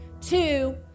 Two